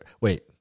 Wait